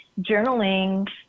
journaling